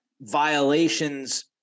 violations